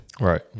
Right